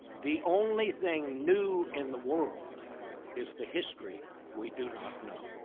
the only thing new in the world is the history we do not know.